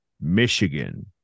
Michigan